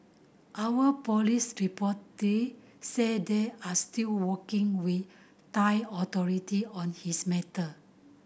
our police reportedly say they are still working with Thai authority on this matter